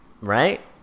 Right